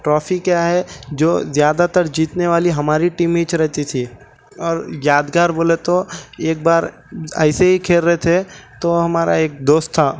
trophy کیا ہے جو زیادہ تر جیتنے والی ہماری ٹیم ہی رہتی تھی اور یادگار بولے تو ایک بار ایسے ہی کھیل رہے تھے تو ہمارا ایک دوست تھا